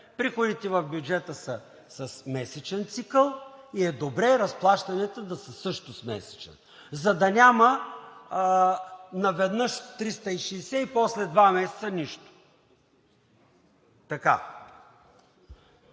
приходите в бюджета са с месечен цикъл и е добре разплащанията да са също с месечен, за да няма наведнъж 360 и после два месеца – нищо. Пак